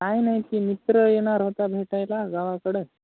काय नाही की मित्र येणार होता भेटायला गावाकडं